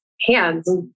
hands